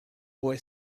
boy